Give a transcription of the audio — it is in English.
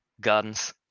guns